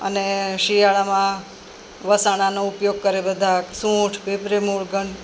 અને શિયાળામાં વસાણાંનો ઉપયોગ કરે બધા સૂંઠ પીપરી મૂળ ગન